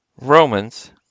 Romans